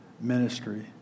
ministry